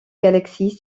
galaxies